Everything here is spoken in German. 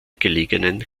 gelegenen